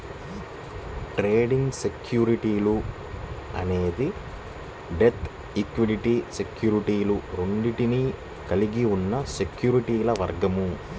trading సెక్యూరిటీలు అనేది debt, equity సెక్యూరిటీలు రెండింటినీ కలిగి ఉన్న సెక్యూరిటీల వర్గం